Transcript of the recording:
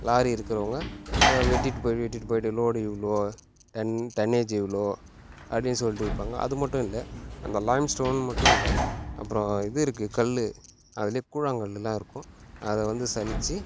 lorry இருக்கிறவங்க வெட்டிட்டு போய் வெட்டிட்டு போயிட்டு லோடு இவ்வளோ டன் டனேஜ்ஜு இவ்வளோ அப்படின்னு சொல்லிட்டு விற்பாங்க அது மட்டும் இல்லை அந்த லைம் ஸ்டோன் மட்டும் இல்லை அப்புறம் இது இருக்குது கல்லு அதுலேயே கூழாங்கல்லுலாம் இருக்கும் அதாய் வந்து சலித்து